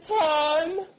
time